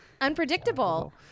unpredictable